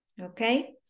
Okay